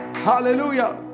Hallelujah